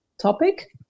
topic